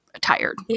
tired